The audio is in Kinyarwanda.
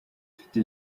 mfite